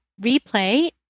replay